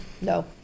No